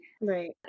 right